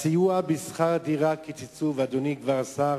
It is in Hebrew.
את הסיוע בשכר-דירה קיצצו, ואדוני השר